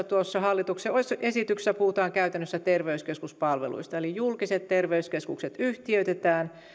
tuossa hallituksen esityksessä puhutaan käytännössä terveyskeskuspalveluista eli julkiset terveyskeskukset yhtiöitetään